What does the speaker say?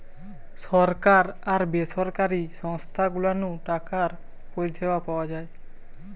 সরকার আর বেসরকারি সংস্থা গুলা নু টাকার পরিষেবা পাওয়া যায়